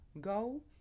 go